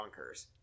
bonkers